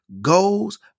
goals